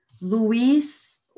Luiz